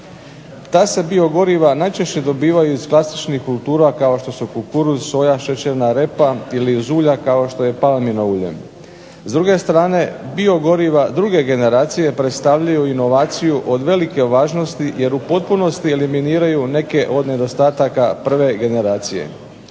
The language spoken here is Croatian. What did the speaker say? Ta se biogoriva najčešće dobivaju iz klasičnih kultura kao što su kukuruz, soja, šećerna repa ili iz ulja kao što je palmino ulje. S druge strane bio goriva druge generacije predstavljaju inovaciju od velike važnosti jer u potpunosti eliminiraju neke od nedostataka prve generacije.